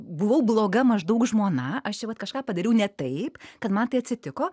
buvau bloga maždaug žmona aš čia vat kažką padariau ne taip kad man tai atsitiko